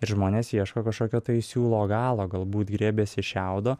ir žmonės ieško kažkokio tai siūlo galo galbūt griebiasi šiaudo